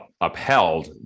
upheld